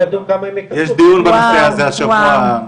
יש דיון בנושא הזה השבוע.